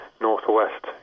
northwest